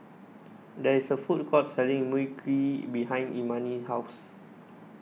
there is a food court selling Mui Kee behind Imani's house